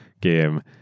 game